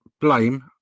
blame